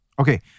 Okay